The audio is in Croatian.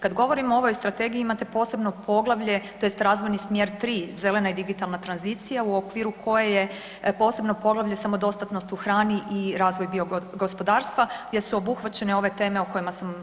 Kad govorimo o ovoj strategiji imate posebno poglavlje tj. razvojni smjer 3, zelena i digitalna tranzicija u okviru koje je posebno poglavlje samodostatnost u hranu i razvoj bio gospodarstva gdje su obuhvaćene ove teme o kojima sam govorila.